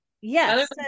Yes